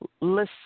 listen